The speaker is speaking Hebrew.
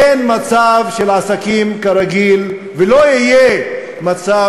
אין מצב של "עסקים כרגיל" ולא יהיה מצב